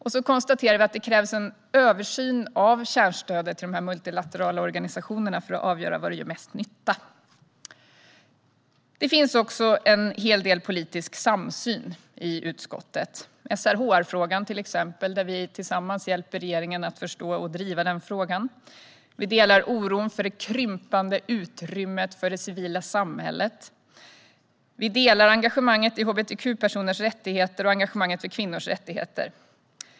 Vi konstaterar att det krävs en översyn av kärnstödet till de multilaterala organisationerna för att avgöra var det gör mest nytta. Det finns ändå en hel del politisk samsyn i utskottet. Det gäller till exempel SRHR-frågan, som vi tillsammans hjälper regeringen att förstå och driva. Vi delar oron för det krympande utrymmet för det civila samhället. Vi delar engagemanget för hbtq-personers rättigheter och engagemanget för kvinnors rättigheter.